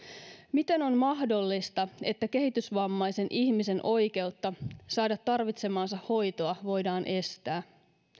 miten on mahdollista että kehitysvammaisen ihmisen oikeutta saada tarvitsemaansa hoitoa voidaan estää